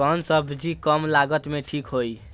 कौन सबजी कम लागत मे ठिक होई?